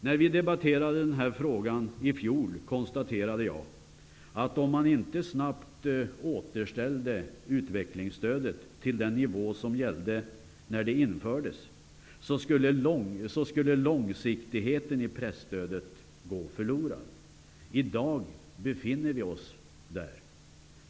När vi debatterade denna fråga i fjol konstaterade jag att om man inte snabbt återställde utvecklingsstödet till den nivå som gällde när det infördes, skulle långsiktigheten i presstödet gå förlorad. I dag befinner vi oss där.